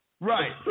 Right